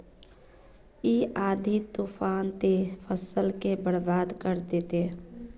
इ आँधी तूफान ते फसल के बर्बाद कर देते?